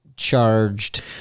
Charged